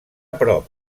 prop